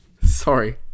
sorry